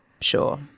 sure